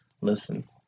listen